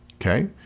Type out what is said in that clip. okay